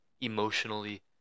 emotionally